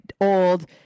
old